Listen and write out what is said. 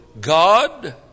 God